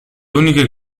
uniche